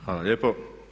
Hvala lijepo.